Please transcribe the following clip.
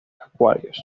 acuarios